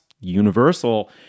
universal